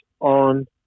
on